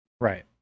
right